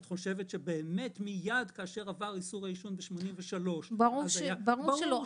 את חושבת שמייד כאשר עבר איסור העישון בשנת 1983 --- ברור שלא.